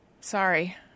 Sorry